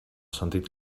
sentit